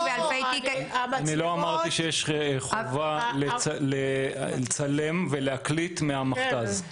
באלפי תיקי --- אני לא אמרתי שיש חובה לצלם ולהקליט מהמכתז.